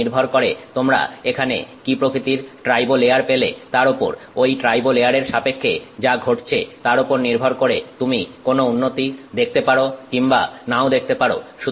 এগুলি নির্ভর করে তোমরা এখানে কি প্রকৃতির ট্রাইবো লেয়ার পেলে তার উপর ঐ ট্রাইবো লেয়ারের সাপেক্ষে যা ঘটছে তার ওপর নির্ভর করে তুমি কোন উন্নতি দেখতে পারো কিংবা নাও দেখতে পারো